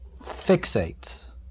fixates